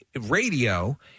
radio